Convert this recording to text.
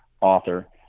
author